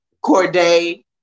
Corday